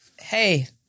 Hey